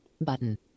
Button